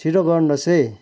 छिट्टो गर्नुहोस् है